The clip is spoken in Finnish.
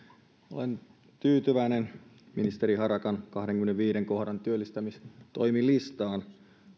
olen tyytyväinen ministeri harakan kahdennenkymmenennenviidennen kohdan työllistämistoimilistaan